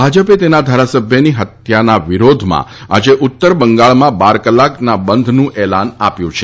ભાજપે તેના ધારાસભ્યની હત્યાના વિરોધમાં આજે ઉત્તર બંગાળમાં બાર કલાકના બંધનું એલાન આપ્યું છે